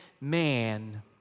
man